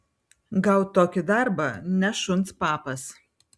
gaut tokį darbą ne šuns papas